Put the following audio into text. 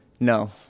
No